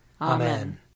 Amen